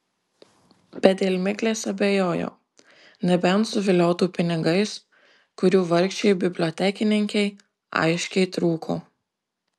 bet dėl miglės abejojo nebent suviliotų pinigais kurių vargšei bibliotekininkei aiškiai trūko